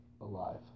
alive